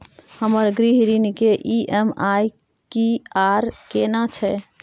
हमर गृह ऋण के ई.एम.आई की आर केना छै?